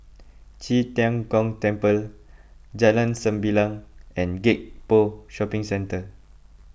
Qi Tian Gong Temple Jalan Sembilang and Gek Poh Shopping Centre